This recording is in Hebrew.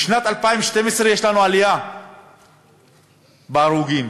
משנת 2012 יש לנו עלייה במספר ההרוגים,